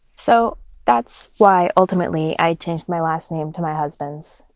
so that's why ultimately i changed my last name to my husband's.